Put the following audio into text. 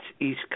East